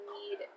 need